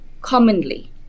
commonly